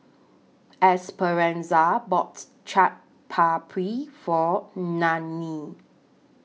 Esperanza boughts Chaat Papri For Nannie